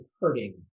hurting